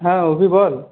হ্যাঁ অভি বল